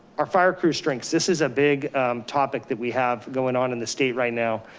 our fire crews' strengths. this is a big topic that we have going on in the state right now.